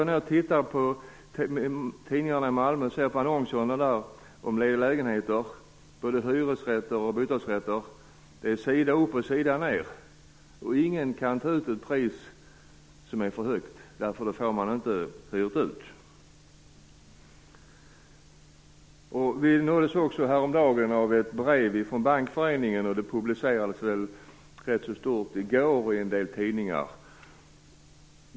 När man ser på lägenhetsannonserna i Malmötidningarna, vad gäller både hyresrätter och bostadsrätter, finner man att de går sida upp och sida ned. Ingen kan där ta ut ett för högt pris, för då blir det inget köp. Vi nåddes häromdagen av ett brev från Bankföreningen, vilket presenterades rätt stort i en del tidningar.